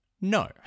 no